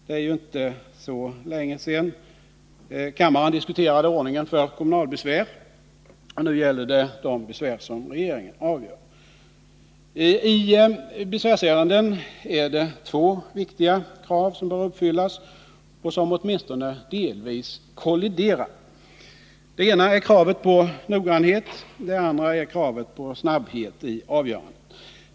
Det är ju inte så länge sedan kammaren diskuterade ordningen för kommunalbesvär. Nu gäller det de I besvärsärenden är det två viktiga krav som bör uppfyllas och som Onsdagen den åtminstone delvis kolliderar. Det ena är kravet på noggrannhet, det andra är 7 maj 1980 kravet på snabbhet i avgörandet.